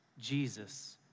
Jesus